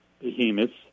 behemoths